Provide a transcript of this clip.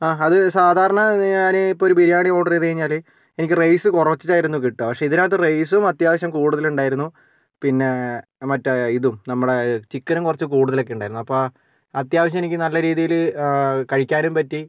ആ അത് സാധാരണ ഞാൻ ഇപ്പോൾ ഒരു ബിരിയാണി ഓർഡർ ചെയ്തുകഴിഞ്ഞാൽ എനിക്ക് റൈസ് കുറച്ചായിരുന്നു കിട്ടുക പക്ഷേ ഇതിനകത്ത് റൈസും അത്യാവശ്യം കൂടുതലുണ്ടായിരുന്നു പിന്നേ മറ്റേ ഇതും നമ്മുടെ ചിക്കനും കുറച്ച് കൂടുതലൊക്കെയുണ്ടായിരുന്നു അപ്പോൾ അത്യാവശ്യം എനിക്ക് നല്ല രീതിയിൽ കഴിക്കാനും പറ്റി